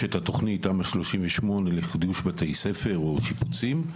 בתוכנית תמ"א 38 לחידוש בתי ספר או שיפוצים,